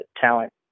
talent